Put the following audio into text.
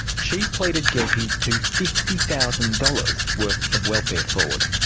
she pleaded guilty to fifty thousand dollars worth of welfare fraud.